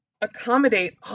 accommodate